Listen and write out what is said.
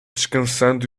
descansando